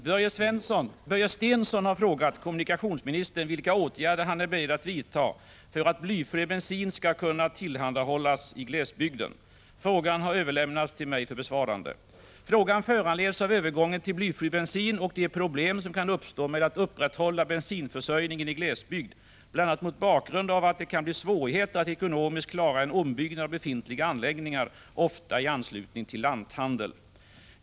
Herr talman! Börje Stensson har frågat kommunikationsministern vilka åtgärder han är beredd att vidta för att blyfri bensin skall kunna tillhandahållas i glesbygden. Frågan har överlämnats till mig för besvarande. Frågan föranleds av övergången till blyfri bensin och de problem som kan uppstå med att upprätthålla bensinförsörjningen i glesbygd, bl.a. mot bakgrund av att det kan bli svårigheter att ekonomiskt klara en ombyggnad av befintliga anläggningar — ofta i anslutning till lanthandel.